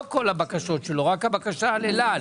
לא כל הבקשות שלו רק הבקשה על אל על.